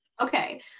Okay